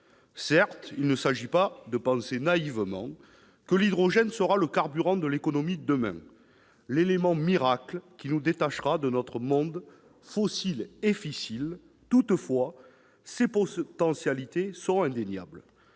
Certes, il ne s'agit pas de penser naïvement que l'hydrogène sera le carburant de l'économie de demain, l'élément miracle qui nous détachera de notre monde fossile et fissile ! Toutefois, ses potentialités sont indéniables.